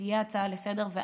שתהיה הצעה לסדר-היום,